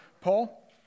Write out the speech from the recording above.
Paul